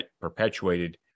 perpetuated